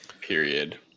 period